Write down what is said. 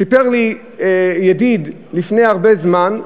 סיפר לי ידיד לפני הרבה זמן,